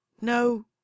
no